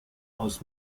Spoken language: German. aus